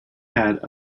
had